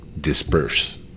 disperse